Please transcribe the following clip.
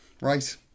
right